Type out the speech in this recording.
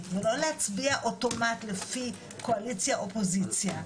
ולא להצביע אוטומט לפי קואליציה אופוזיציה,